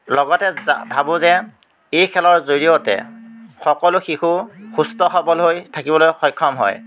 লগতে ভাবোঁ যে এই খেলৰ জৰিয়তে সকলো শিশু সুস্থ সবল হৈ থাকিবলৈ সক্ষম হয়